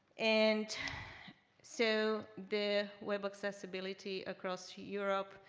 and so the web accessibility across europe.